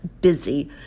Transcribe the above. busy